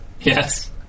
yes